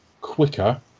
quicker